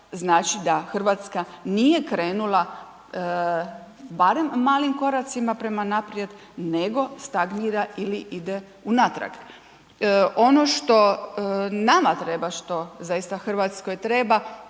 znači da Hrvatska nije krenula barem malim koracima prema naprijed nego stagnira ili ide unatrag. Ono što nama treba, što zaista Hrvatskoj treba,